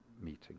meeting